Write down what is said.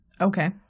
Okay